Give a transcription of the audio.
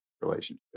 relationship